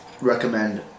recommend